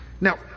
Now